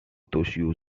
توشيو